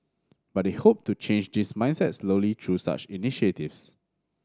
but they hope to change this mindset slowly through such initiatives